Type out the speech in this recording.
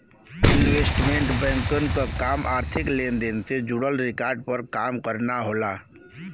investment banker क काम आर्थिक लेन देन से जुड़ल रिकॉर्ड पर काम करना होला